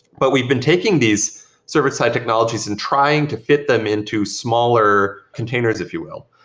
but we've been taking these server-side technologies and trying to fit them into smaller containers, if you will,